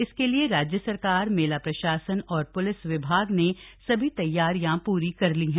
इसके लिए राज्य सरकार मेला प्रशासन और प्लिस विभाग ने सभी तैयारियां पूरी कर ली हैं